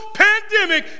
pandemic